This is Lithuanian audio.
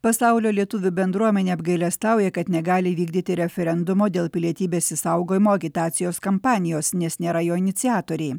pasaulio lietuvių bendruomenė apgailestauja kad negali įvykdyti referendumo dėl pilietybės išsaugojimo agitacijos kampanijos nes nėra jo iniciatoriai